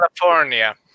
California